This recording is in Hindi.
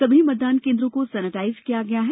सभी मतदान केंद्रों को सैनिटाइज किया गया है